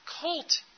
Cult